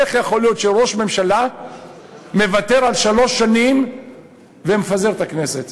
איך יכול להיות שראש ממשלה מוותר על שלוש שנים ומפזר את הכנסת